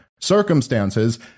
circumstances